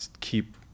keep